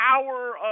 power